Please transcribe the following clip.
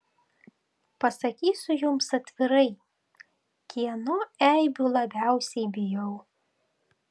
pasakysiu jums atvirai kieno eibių labiausiai bijau